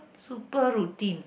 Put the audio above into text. super routine